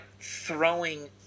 throwing